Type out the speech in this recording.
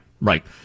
right